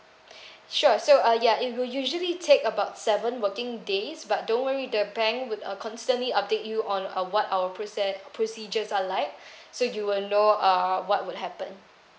sure so uh ya it will usually take about seven working days but don't worry the bank would constantly update you on our what our proce~ procedures are like so you will know uh what would happen